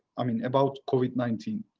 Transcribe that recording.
i mean, about covid nineteen.